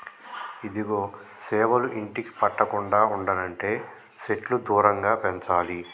ఇదిగో సేవలు ఇంటికి పట్టకుండా ఉండనంటే సెట్లు దూరంగా పెంచాలి